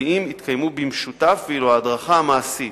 הכלליים יתקיימו במשותף, ואילו ההדרכה המעשית